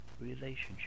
relationship